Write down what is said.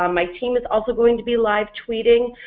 um my team is also going to be live tweeting,